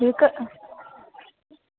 इक्क